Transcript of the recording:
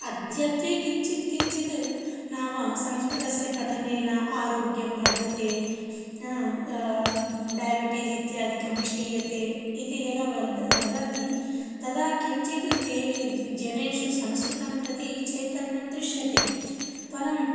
अद्यत्वे किञ्चित् किञ्चित् नाम संस्कृतस्य पठनेन आरोग्यं वर्धते डैयाबिटिस् इत्यादिकं क्षीयते इति यदा वर्द् वदन्ति तदा किञ्चित् ते जनेषु संस्कृतं प्रति चैतन्यं दृश्यते परम्